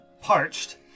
parched